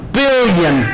billion